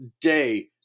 day